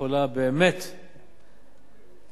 יכולה באמת לומר,